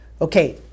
Okay